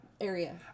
area